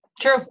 true